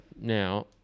now